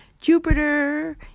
Jupiter